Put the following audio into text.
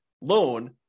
loan